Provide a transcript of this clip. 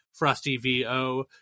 FrostyVO